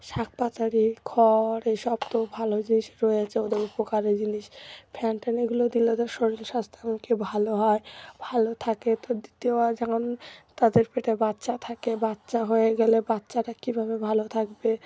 শাক পাতারি খড় এইসব তো ভালো জিনিস রয়েছে ওদের উপকারী জিনিস ফ্যান ঠ্যান এগুলো দিলে ওদের শরীর স্বাস্থ্য না কি ভালো হয় ভালো থাকে তো দ্বিতীয়বার যখন তাদের পেটে বাচ্চা থাকে বাচ্চা হয়ে গেলে বাচ্চাটা কীভাবে ভালো থাকবে